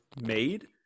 made